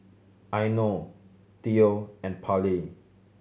Eino Theo and Pallie